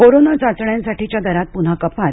corona चाचण्यांसाठीच्या दरात पुन्हा कपात